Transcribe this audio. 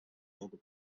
organ